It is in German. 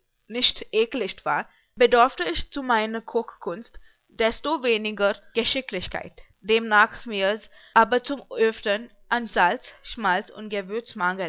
herrn mund nicht ekelicht war bedorfte ich zu meiner kochkunst desto weniger geschicklichkeit demnach mirs aber zum öftern an salz schmalz und